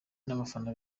n’abafana